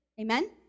Amen